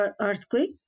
earthquake